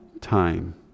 time